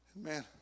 Man